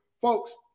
Folks